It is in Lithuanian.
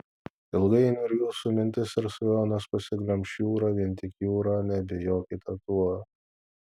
ilgainiui ir jūsų mintis ir svajones pasiglemš jūra vien tik jūra neabejokite tuo